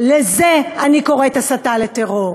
לזה אני קוראת הסתה לטרור,